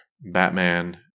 Batman